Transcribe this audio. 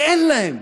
כי אין להם